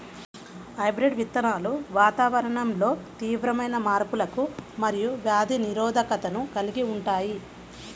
hybrid విత్తనాలు వాతావరణంలో తీవ్రమైన మార్పులకు మరియు వ్యాధి నిరోధకతను కలిగి ఉంటాయి